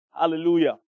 Hallelujah